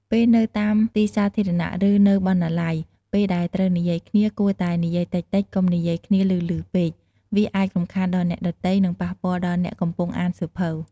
ពេលនៅតាមទីសាធារណៈ ឬ នៅបណ្តាល័យ ពេលដែលត្រូវនិយាយគ្នា គួរតែនិយាយតិចៗ កុំនិយាយគ្នាឮៗពេក វាអាចរំខានដល់អ្នកដទៃ និង ប៉ះពាល់ដល់អ្នកកំពុងអានសៀវភៅ។